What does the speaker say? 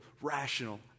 rational